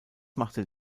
machte